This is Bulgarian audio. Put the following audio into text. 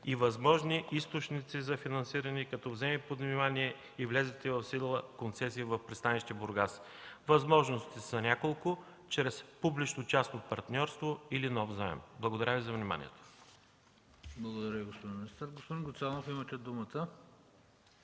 и възможни източници за финансиране, като вземе под внимание влезлите в сила концесии в пристанище Бургас. Възможностите са няколко – чрез публично- частно партньорство или нов заем. Благодаря Ви за вниманието. ПРЕДСЕДАТЕЛ ХРИСТО БИСЕРОВ: Благодаря Ви, господин министър. Господин Гуцанов, имате думата.